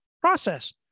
process